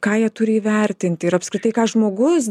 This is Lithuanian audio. ką jie turi įvertinti ir apskritai ką žmogus